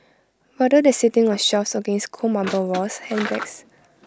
rather than sitting on shelves against cold marble walls handbags